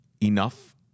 enough